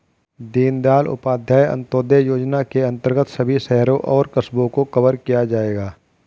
दीनदयाल उपाध्याय अंत्योदय योजना के अंतर्गत सभी शहरों और कस्बों को कवर किया जाएगा